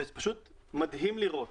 וזה פשוט מדהים לראות